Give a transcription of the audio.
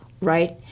right